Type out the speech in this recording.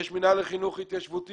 יש מנהל החינוך ההתיישבותי.